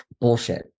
bullshit